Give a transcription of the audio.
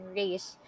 race